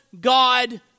God